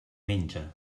menge